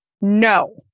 No